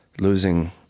losing